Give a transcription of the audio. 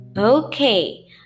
Okay